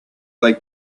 they